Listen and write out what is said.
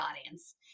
audience